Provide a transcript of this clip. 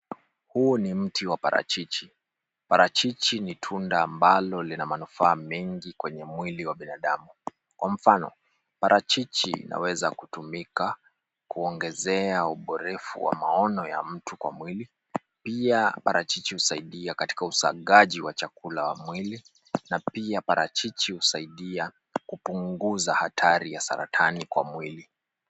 Huu ni mti wa parachichi, parachichi ni tunda ambalo lina manufaa mengi kwenye mwili wa binadamu. Kwa mfano, parachichi inaweza kutumika kuongezea uborefu wa maono ya mtu kwa mwili. Pia parachichi husiadia katika usagaji wa chakula wa mwili na pia parachichi husaidia kupunguza hatari ya saratani kwa mwili.